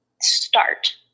start